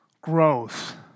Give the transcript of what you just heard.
growth